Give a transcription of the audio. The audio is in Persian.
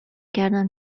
کردم